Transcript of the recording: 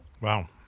Wow